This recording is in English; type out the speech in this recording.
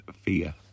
fear